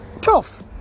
tough